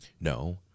No